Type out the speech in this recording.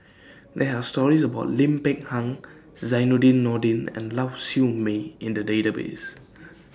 There Are stories about Lim Peng Han Zainudin Nordin and Lau Siew Mei in The Database